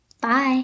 Bye